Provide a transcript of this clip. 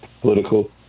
political